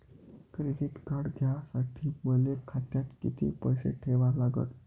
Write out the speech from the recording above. Credit card घ्यासाठी मले खात्यात किती पैसे ठेवा लागन?